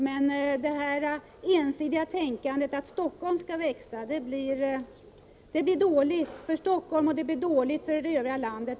Men det ensidiga tänkandet att Stockholm skall växa blir dåligt för Stockholm och för det övriga landet.